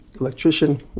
electrician